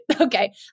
Okay